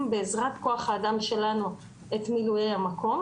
בעזרת כוח האדם שלנו את מילויי המקום.